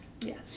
Yes